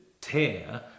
tear